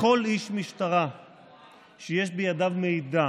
לכל איש משטרה שיש בידיו מידע